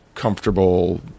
comfortable